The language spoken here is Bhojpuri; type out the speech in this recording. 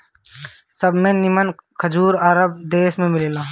सबसे निमन खजूर अरब देश में मिलेला